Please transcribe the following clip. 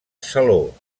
saló